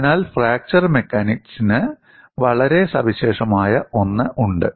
അതിനാൽ ഫ്രാക്ചർ മെക്കാനിക്സിന് വളരെ സവിശേഷമായ ഒന്ന് ഉണ്ട്